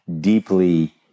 deeply